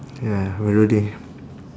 ya already